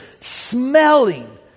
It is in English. smelling